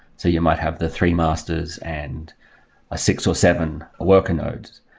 so you might have the three masters and a six, or seven a worker nodes.